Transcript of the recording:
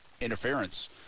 interference